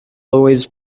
always